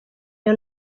iyo